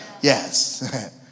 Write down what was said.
Yes